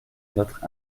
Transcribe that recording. notre